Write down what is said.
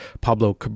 Pablo